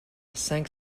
cinq